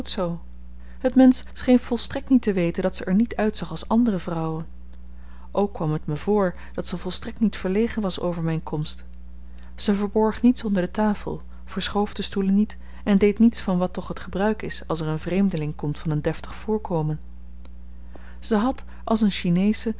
het mensch scheen volstrekt niet te weten dat ze er niet uitzag als andere vrouwen ook kwam het me voor dat ze volstrekt niet verlegen was over myn komst ze verborg niets onder de tafel verschoof de stoelen niet en deed niets van wat toch het gebruik is als er een vreemdeling komt van een deftig voorkomen ze had als een chinesche